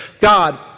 God